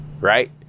right